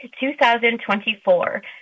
2024